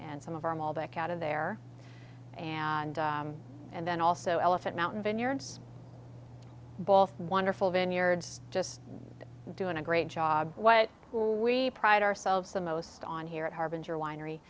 and some of our maul dick out of there and and then also elephant mountain vineyards both wonderful vineyards just doing a great job what we pride ourselves the most on here at harbinger winery